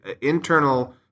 internal